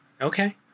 Okay